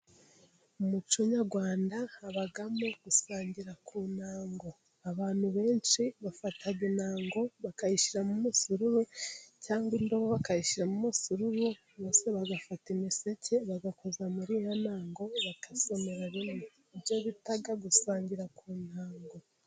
Umuco nyarwanda habamo gusangira ku ntango, abantu benshi bafata intango bakayishyiramo umusururu cyangwa indobo bakayishyiramo umusururu, maze bagafata imiseke bagakoza muri ya ntango bagasomera rimwe. Ibyo bita gusangira ku ntango.